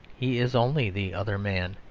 he is only the other man.